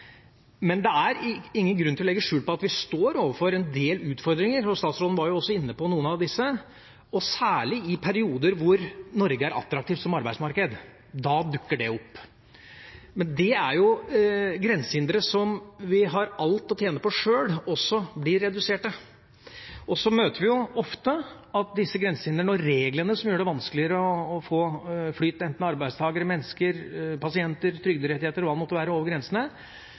ingen grunn til å legge skjul på at vi står overfor en del utfordringer. Statsråden var inne på noen av disse. Særlig i perioder når Norge er attraktivt som arbeidsmarked, dukker det opp. Men det er grensehindre som vi har alt å tjene på sjøl, som også blir redusert. Så møter vi ofte at disse grensehindrene og reglene, som gjør det vanskeligere å få flyt enten av arbeidstakere, mennesker, pasienter, trygderettigheter eller hva det måtte være over